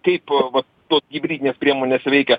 kaip vat tos hibridinės priemonės veikia